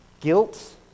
Guilt